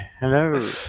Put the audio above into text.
hello